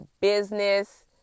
business